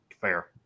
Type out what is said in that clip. Fair